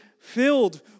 filled